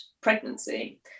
pregnancy